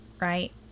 right